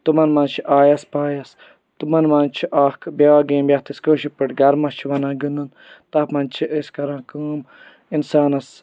تِمَن مَنٛز چھُ آیَس پایَس تِمَن مَنٛز چھِ اَکھ بیٛاکھ گیم یَتھ أسۍ کٲشِر پٲٹھۍ گَرمَس چھِ وَنان گِنٛدُن تَتھ منٛز چھِ أسۍ کَران کٲم اِنسانَس